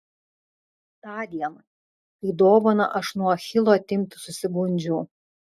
tądien kai dovaną aš nuo achilo atimti susigundžiau